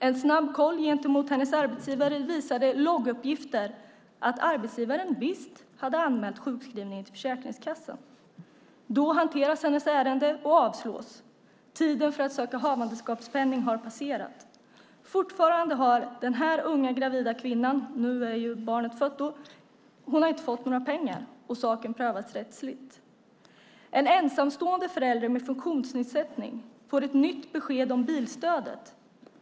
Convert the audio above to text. En snabb koll med hennes arbetsgivare visar logguppgifter på att arbetsgivaren visst har anmält sjukskrivningen till Försäkringskassan. Då hanteras hennes ärende och avslås. Tiden för att söka havandeskapspenning har passerat. Fortfarande har den unga kvinnan - nu är barnet fött - inte fått några pengar och saken prövas rättsligt. En ensamstående förälder med funktionsnedsättning får ett nytt besked om bilstödet.